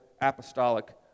apostolic